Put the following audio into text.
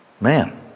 Man